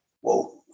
whoa